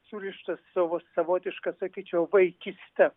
surištas savo savotiška sakyčiau vaikyste